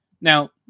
Now